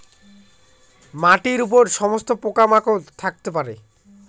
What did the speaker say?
মাটির উপর সমস্ত পোকা মাকড় থাকতে পারে